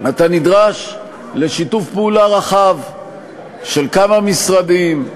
אתה נדרש לשיתוף פעולה רחב של כמה משרדים,